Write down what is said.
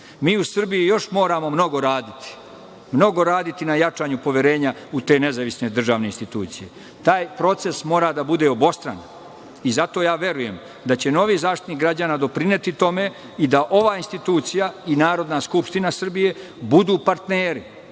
u Srbiji još moramo mnogo raditi na jačanju poverenja u te nezavisne državne institucije. Taj proces mora da bude obostran. Zato ja verujem da će novi Zaštitnik građana doprineti tome i da ova institucija i Narodna skupština Srbije budu partneri